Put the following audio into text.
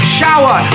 shower